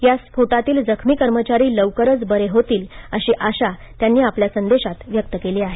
या स्फोटातील जखमी कर्मचारी लवकरच बरे होतील अशी आशा त्यांनी आपल्या संदेशांत व्यक्त केली आहे